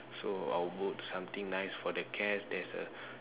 so I'll work something nice for the cat there's a